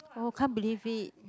oh can't believe it